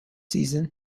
season